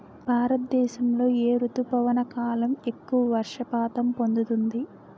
భారతదేశంలో ఏ రుతుపవన కాలం ఎక్కువ వర్షపాతం పొందుతుంది?